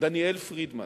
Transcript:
דניאל פרידמן.